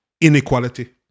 inequality